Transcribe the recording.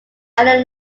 allen